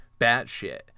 batshit